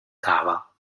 cava